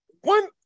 one